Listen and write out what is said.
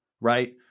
Right